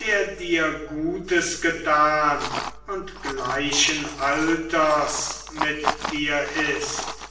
der dir gutes getan und gleichen alters mit dir ist